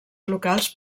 locals